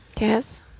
Yes